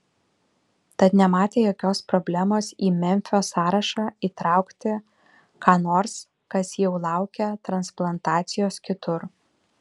tad nematė jokios problemos į memfio sąrašą įtraukti ką nors kas jau laukė transplantacijos kitur